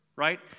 Right